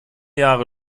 jahre